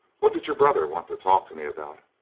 what did your brother want to talk to me about?